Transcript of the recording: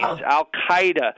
al-Qaeda